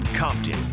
Compton